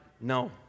No